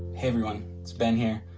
everyone, it's ben here.